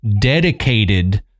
dedicated